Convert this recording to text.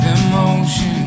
emotion